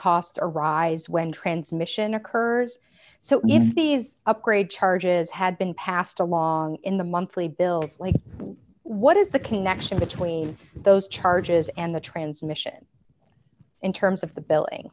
costs arise when transmission occurs so these upgrade charges had been passed along in the monthly bills like what is the connection between those charges and the transmission in terms of the billing